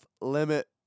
limit